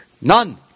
None